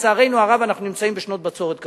לצערנו הרב, אנחנו נמצאים בשנות בצורת קשות.